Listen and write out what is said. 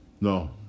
No